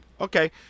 okay